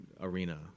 arena